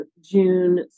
June